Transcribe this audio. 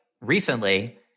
recently